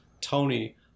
Tony